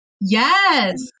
Yes